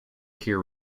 tier